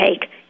take